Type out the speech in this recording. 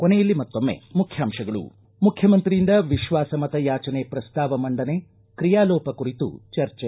ಕೊನೆಯಲ್ಲಿ ಮತ್ತೊಮ್ಮೆ ಮುಖ್ಯಾಂಶಗಳು ಮುಖ್ಯಮಂತ್ರಿಯಿಂದ ವಿಶ್ವಾಸಮತಯಾಚನೆ ಪ್ರಸ್ತಾವ ಮಂಡನೆ ಕ್ರಿಯಾಲೋಪ ಕುರಿತು ಚರ್ಚೆ